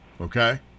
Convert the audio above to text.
okay